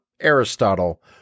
Aristotle